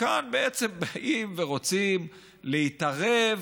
כאן בעצם באים ורוצים להתערב